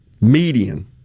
median